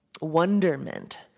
wonderment